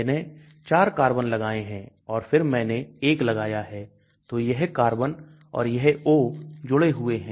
मैंने चार कार्बन लगाए हैं और फिर मैंने 1 लगाया है तो यह कार्बन और यह O जुड़े हुए हैं